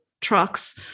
trucks